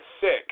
sick